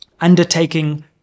undertaking